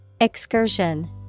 Excursion